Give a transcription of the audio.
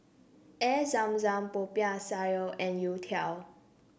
Air Zam Zam Popiah Sayur and Youtiao